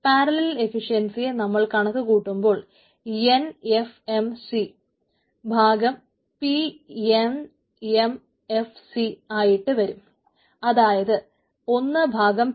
parallel efficiency നമ്മൾ കണക്കുകൂട്ടുമ്പോൾ nfmc ഭാഗം pnmfc ആയിട്ടു വരും അതായത് 1 ഭാഗം p